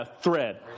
thread